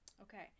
okay